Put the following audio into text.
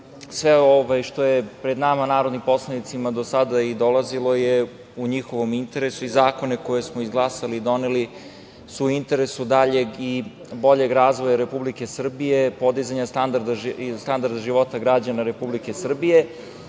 ovo što je pred nama narodnim poslanicima do sada i dolazilo je u njihovom interesu, i zakone koje smo izglasali i doneli su u interesu daljeg i boljeg razvoja Republike Srbije i podizanja standarda života građana Republike Srbije. Mislim